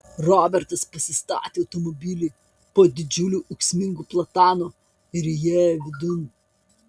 robertas pasistatė automobilį po didžiuliu ūksmingu platanu ir įėjo vidun